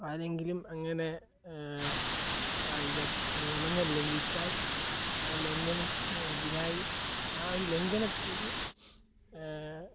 ആരെങ്കിലും അങ്ങനെ കായിക നിയമങ്ങൾ ലംഘിച്ചാൽ ആ ലംഘനത്തിന് എതിരായി ആ ഒരു ലംഘനത്തിന്